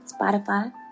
Spotify